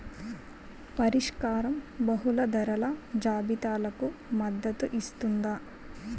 పరిష్కారం బహుళ ధరల జాబితాలకు మద్దతు ఇస్తుందా?